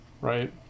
right